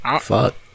Fuck